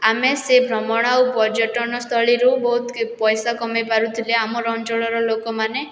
ଆମେ ସେ ଭ୍ରମଣ ଆଉ ପର୍ଯ୍ୟଟନସ୍ଥଳୀରୁ ବହୁତ୍ ପଇସା କମାଇ ପାରୁଥିଲେ ଆମର୍ ଅଞ୍ଚଳର ଲୋକମାନେ